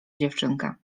dziewczynka